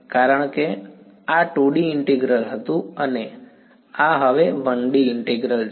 કારણ કે આ 2D ઇન્ટિગ્રલ હતું અને આ હવે 1D ઇન્ટિગ્રલ છે